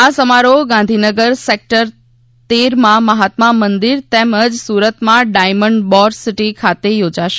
આ સમારોહ ગાંધીનગર સેકટર તેરમાં મહાત્મા મંદિર તેમજ સુરતમાં ડાયમંડ બોર્સ સિટી ખાતે યોજાશે